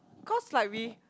cause like we